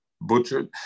Butchered